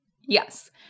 Yes